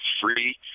free